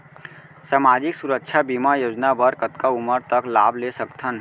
सामाजिक सुरक्षा बीमा योजना बर कतका उमर तक लाभ ले सकथन?